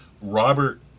Robert